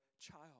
child